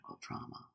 trauma